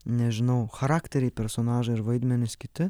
nežinau charakteriai personažai ir vaidmenys kiti